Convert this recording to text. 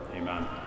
amen